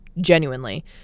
Genuinely